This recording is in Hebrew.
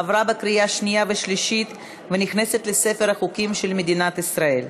עברה בקריאה שנייה ושלישית והחוק נכנס לספר החוקים של מדינת ישראל.